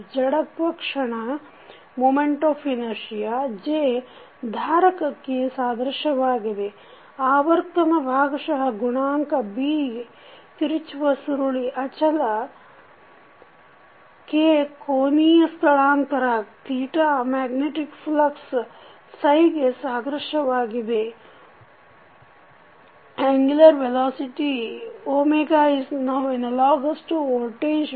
ಜಡತ್ವ ಕ್ಷಣ J ದಾರಕಕ್ಕೆ ಸಾದೃಶ್ಯವಾಗಿದೆ ಆವರ್ತನ ಭಾಗಶಃ ಗುಣಾಂಕ B ತಿರುಚುವ ಸುರುಳಿ ಅಚಲ K ಕೋನೀಯ ಸ್ಥಳಾಂತರ ಮ್ಯಾಗ್ನೆಟಿಕ್ ಫ್ಲಕ್ಸ್ ಗೆ ಸಾದೃಶ್ಯವಾಗಿದೆ angular velocity is now analogous to voltage V